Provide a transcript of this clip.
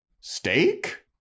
steak